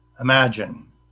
Imagine